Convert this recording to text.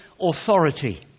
authority